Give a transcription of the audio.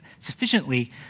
sufficiently